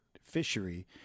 fishery